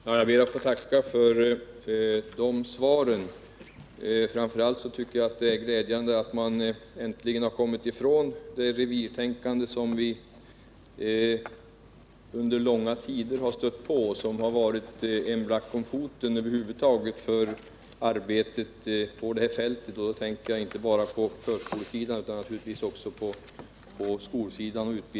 Herr talman! Jag ber att få tacka för de svaren. Framför allt tycker jag att det är glädjande att man äntligen har kommit ifrån det revirtänkande som vi under långa tider har stött på och som har varit en black om foten över huvud taget för arbetet på det här fältet — då tänker jag inte bara på förskolan utan givetvis också på grundskolan.